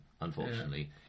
unfortunately